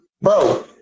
bro